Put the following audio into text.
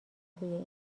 توی